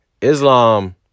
Islam